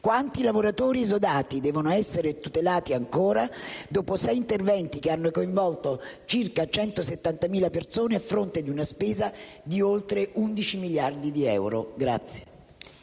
quanti lavoratori esodati devono essere tutelati ancora, dopo sei interventi che hanno coinvolto circa 170.000 persone, a fronte di una spesa di oltre 11 miliardi di euro.